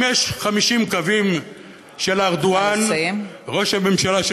אם יש 50 גוונים של ארדואן, ראש הממשלה,